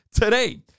today